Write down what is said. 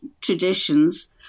traditions